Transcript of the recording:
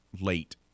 late